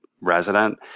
resident